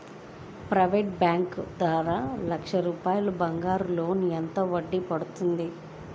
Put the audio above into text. Private bank ద్వారా లక్ష రూపాయలు బంగారం లోన్ ఎంత వడ్డీ పడుతుంది?